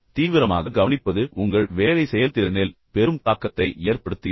தீவிரமாக கவனிப்பது உங்கள் வேலை செயல்திறனில் பெரும் தாக்கத்தை ஏற்படுத்துகிறது